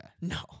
No